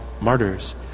martyrs